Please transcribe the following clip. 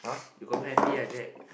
you confirm happy ah Jack